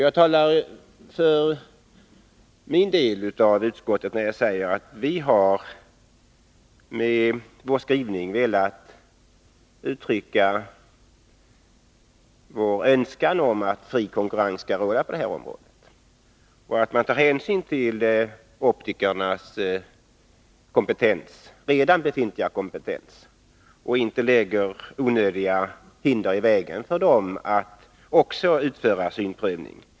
Jag talar för min del av utskottet när jag säger att vi har med vår skrivning velat uttrycka vår önskan om att fri konkurrens skall råda på detta område och att man skall ta hänsyn till optikernas befintliga kompetens och inte lägga onödiga hinder i vägen för dem att också utföra synprövning.